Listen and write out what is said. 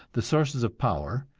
the sources of power,